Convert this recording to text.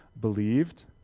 believed